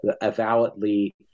avowedly